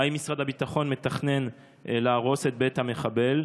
1. האם משרד הביטחון מתכנן להרוס את בית המחבל?